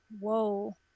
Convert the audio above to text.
Whoa